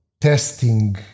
testing